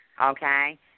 Okay